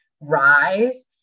rise